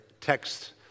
text